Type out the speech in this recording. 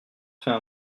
fait